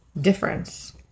difference